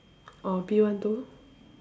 orh P one to